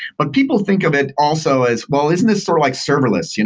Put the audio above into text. but people think of it also as, well, isn't this sort of like serverless? you know